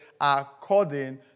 according